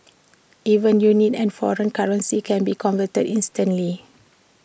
even units and foreign currencies can be converted instantly